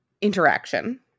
interaction